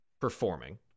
performing